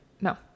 No